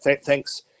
thanks